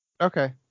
Okay